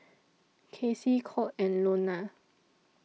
Kacie Colt and Lonna